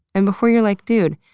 and before you're like, dude.